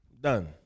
Done